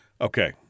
Okay